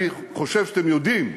אני חושב שאתם יודעים,